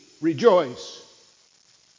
rejoice